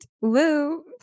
Woo